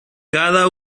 cada